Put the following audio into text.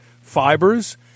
fibers